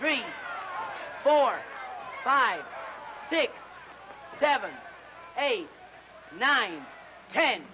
three four five six seven eight nine ten